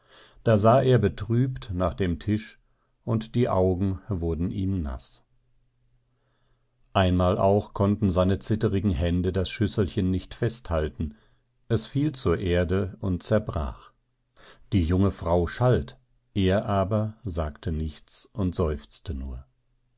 da sah er betrübt nach dem tisch und die augen wurden ihm naß einmal auch konnten seine zitterigen hände das schüsselchen nicht fest halten es fiel zur erde und zerbrach die junge frau schalt er aber sagte nichts und seufzte nur